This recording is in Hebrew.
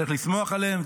צריך לשמוח עליהם,